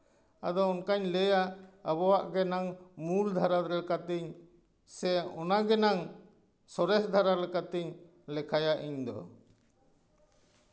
ᱟᱫᱚ ᱚᱱᱠᱟᱧ ᱞᱟᱹᱭᱟ ᱟᱵᱚᱣᱟᱜ ᱜᱮ ᱱᱟᱝ ᱢᱩᱞ ᱫᱷᱟᱨᱟ ᱞᱮᱠᱟᱛᱤᱧ ᱥᱮ ᱚᱱᱟ ᱜᱮᱱᱟᱝ ᱥᱚᱨᱮᱥ ᱫᱷᱟᱨᱟ ᱞᱮᱠᱟ ᱛᱤᱧ ᱞᱮᱠᱷᱟᱭᱟ ᱤᱧ ᱫᱚ